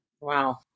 Wow